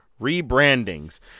rebrandings